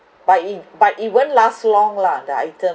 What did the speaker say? but it but it won't last long lah the item